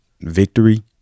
victory